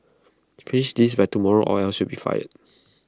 finish this by tomorrow or else you'll be fired